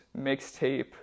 mixtape